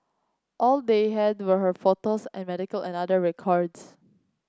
all they had were her photos and medical and other records